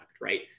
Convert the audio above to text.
right